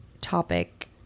topic